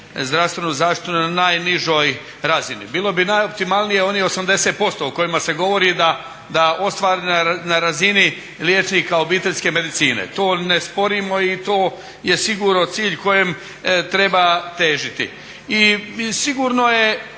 zdravstvenu zaštitu na najnižoj razini. Bilo bi najoptimalnije onih 80% o kojima se govori da ostvare na razini liječnika obiteljske medicine. To ne sporimo i to je sigurno cilj kojem treba težiti. I sigurno je